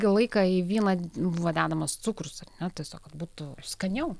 ilgą laiką į vyną buvo dedamas cukrus na tiesiog kad būtų skaniau